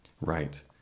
Right